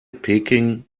peking